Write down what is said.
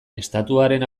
estatuaren